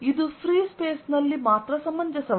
ಆದರೆ ಇದು free space ಅಲ್ಲಿ ಮಾತ್ರ ಸಮಂಜಸ